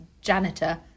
janitor